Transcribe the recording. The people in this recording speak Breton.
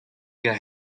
gant